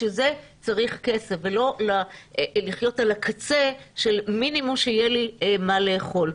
ובשביל זה צריך כסף ולא לחיות על הקצה של מינימום שיהיה לי מה לאכול.